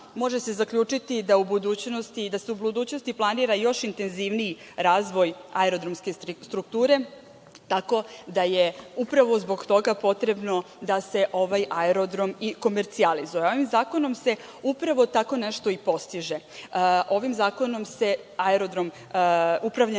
može se zaključiti da se u budućnosti planira još intenzivniji razvoj aerodromske strukture, tako da je upravo zbog toga potrebno da se ovaj aerodrom i komerecijalizuje. Ovim zakonom se upravo tako nešto i postiže. Ovim zakonom se upravljanje